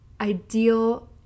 ideal